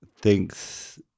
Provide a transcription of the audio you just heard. thinks